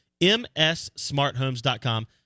mssmarthomes.com